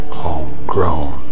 homegrown